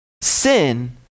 Sin